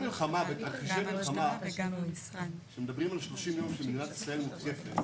מלחמה כשמדברים על 30 יום שמדינת ישראל מותקפת,